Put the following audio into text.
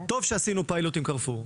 טוב שעשינו פיילוט עם קרפור.